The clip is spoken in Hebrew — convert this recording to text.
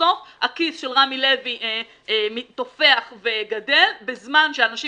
ובסוף הכיס של רמי לוי טופח וגדל בזמן שאנשים